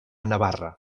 navarra